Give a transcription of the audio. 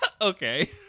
Okay